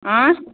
आँय